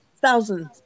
Thousands